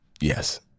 Yes